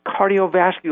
cardiovascular